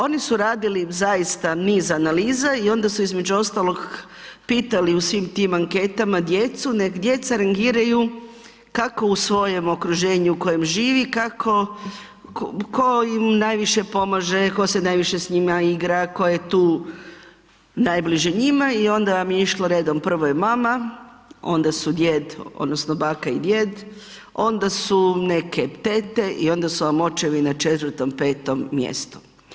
Oni su radili zaista niz analiza i onda su između ostalog pitali u svim tim anketama djecu nek djeca rangiraju kako u svojem okruženju u kojem živi kako, ko im najviše pomaže, ko se najviše s njima igra, ko je tu najbliže njima i onda vam je išlo redom, prvo je mama, onda su djed odnosno baka i djed, onda su neke tete i onda su vam očevi na 4-5 mjestu.